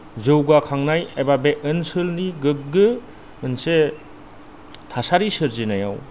जौगाखांनाय एबा बे ओनसोलनि गोग्गो मोनसे थासारि सोरजिनायाव